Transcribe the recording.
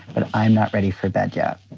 but i'm not ready for bed yet.